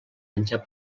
penjar